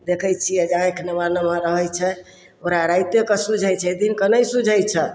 देखय छियै जे आँखि नम्हर नम्हर रहय छै ओकरा राइतेके सूझय छै दिनकऽ नहि सूझय छै